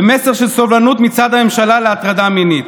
ומסר של סובלנות מצד הממשלה להטרדה מינית,